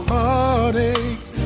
Heartaches